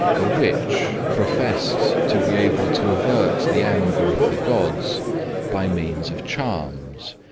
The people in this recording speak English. a witch professed to be able to avert the anger of the gods by means of charms,